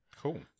Cool